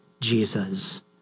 Jesus